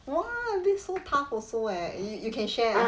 !wah! this so tough also eh you you can share